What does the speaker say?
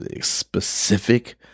specific